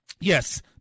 yes